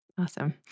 Awesome